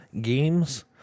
games